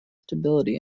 stability